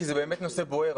כי זה באמת נושא בוער,